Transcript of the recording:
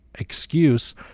excuse